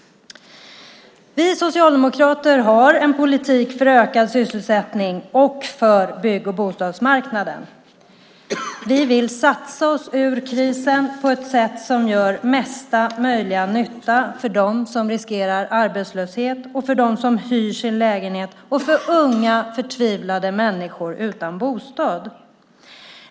Vi socialdemokrater har en politik för ökad sysselsättning och för bygg och bostadsmarknaden. Vi vill satsa oss ur krisen på ett sätt som gör mesta möjliga nytta för dem som riskerar arbetslöshet, för dem som hyr sin lägenhet och för unga förtvivlade människor utan bostad.